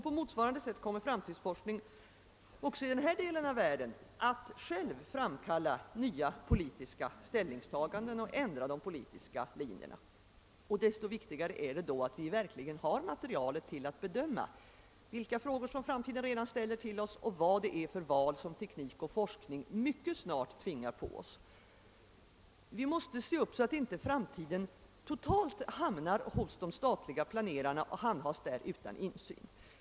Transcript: På motsvarande sätt kommer fram tidsforskningen också i den här delen av världen att själv framkalla nya politiska ställningstaganden och ändra de politiska linjerna. Desto viktigare är det då att vi har material till att bedöma vilka frågor som framtiden redan ställer till oss och vad det är för val som teknik och forskning mycket snart tvingar på oss. Vi måste se upp, så att inte framtiden totalt hamnar hos de statliga planerarna och handhas där utan insyn.